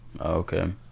okay